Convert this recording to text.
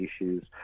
issues